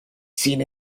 seen